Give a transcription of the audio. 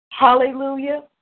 Hallelujah